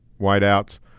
whiteouts